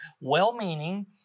well-meaning